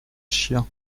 chiens